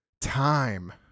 time